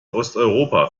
osteuropa